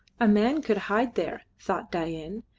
a man could hide there, thought dain,